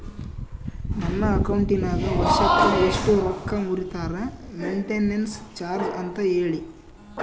ನನ್ನ ಅಕೌಂಟಿನಾಗ ವರ್ಷಕ್ಕ ಎಷ್ಟು ರೊಕ್ಕ ಮುರಿತಾರ ಮೆಂಟೇನೆನ್ಸ್ ಚಾರ್ಜ್ ಅಂತ ಹೇಳಿ?